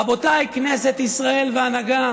רבותיי, כנסת ישראל והנהגה